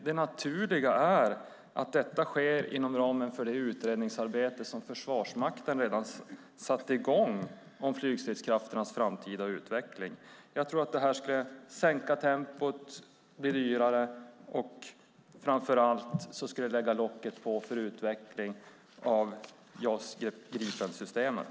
Det naturliga är att detta sker inom ramen för det utredningsarbete som Försvarsmakten redan satt i gång om flygstridskrafternas framtida utveckling. Jag tror att det här skulle sänka tempot och bli dyrare. Framför allt skulle det lägga locket på för utvecklingen av JAS Gripen-systemet.